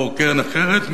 או קרן אחרת,